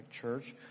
church